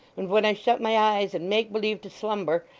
and when i shut my eyes and make-believe to slumber,